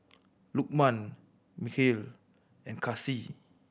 Lukman Mikhail and Kasih